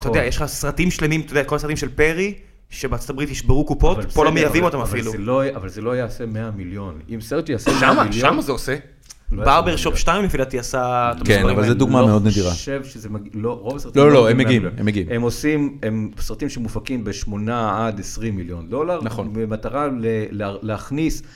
אתה יודע, יש לך סרטים שלמים, אתה יודע, כל הסרטים של פרי, שבארצות הברית ישברו קופות, אבל בסדר פה לא מייבאים אותם אפילו. אבל זה לא אבל זה לא יעשה 100 מיליון. אם סרט יעשה 100 מיליון. שמה זה עושה. ברבר שופ שתיים לפי דעתי עשה. כן, אבל זה דוגמה מאוד נדירה. אני חושב שזה מגיע, לא, רוב הסרטים... לא, לא, לא, הם מגיעים, הם מגיעים. הם עושים, הם סרטים שמופקים ב-8 עד 20 מיליון דולר. נכון. במטרה להכניס.